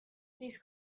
these